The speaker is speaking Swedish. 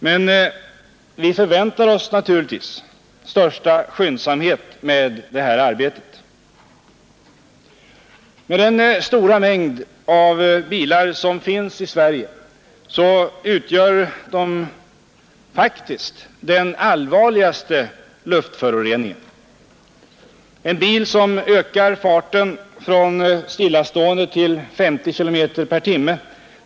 Men vi förväntar oss naturligtvis största skyndsamhet med arbetet. Med den stora mängd bilar som finns i Sverige utgör deras utsläpp den allvarligaste luftförorenande faktorn. En bil som ökar farten från stillastående till 50 km/tim.